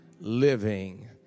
living